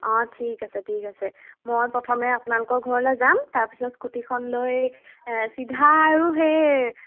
অঁ ঠিক আছে ঠিক আছে মই প্ৰথমে আপোনালোকৰ ঘৰলৈ যাম তাৰপিছত স্কুটিখন লৈ চিধা আৰু সেই